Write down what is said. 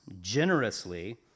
generously